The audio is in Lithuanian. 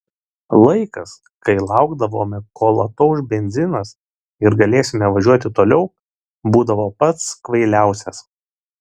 laikas kai laukdavome kol atauš benzinas ir galėsime važiuoti toliau būdavo pats kvailiausias